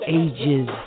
ages